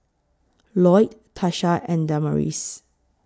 Loyd Tasha and Damaris